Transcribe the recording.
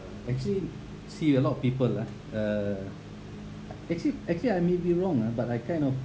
actually see a lot of people ah uh actually actually I may be wrong uh but I kind of